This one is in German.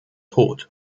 tod